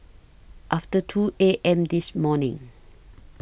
after two A M This morning